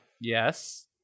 Yes